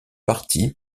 parti